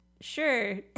Sure